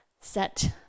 set